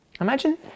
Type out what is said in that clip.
Imagine